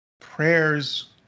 prayers